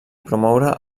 promoure